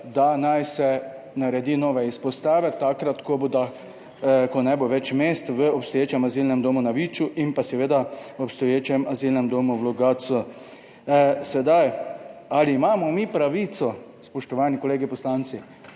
da naj se naredi nove izpostave takrat, ko bo, ko ne bo več mest v obstoječem azilnem domu na Viču in pa seveda v obstoječem azilnem domu v Logatcu. Sedaj ali imamo mi pravico, spoštovani kolegi poslanci,